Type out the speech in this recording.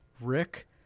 Rick